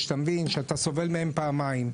שאתה מבין שאתה סובל מהם פעמיים.